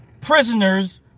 prisoners